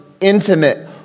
intimate